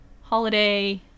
holiday